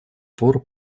пор